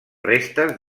restes